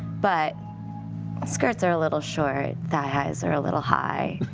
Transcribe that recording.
but skirts are a little short, thigh-highs are a little high.